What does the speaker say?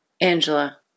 Angela